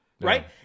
right